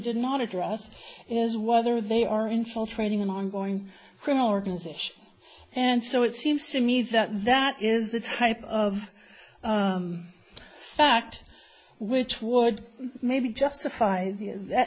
did not address is whether they are infiltrating an ongoing criminal organization and so it seems to me that that is the type of fact which would maybe justify that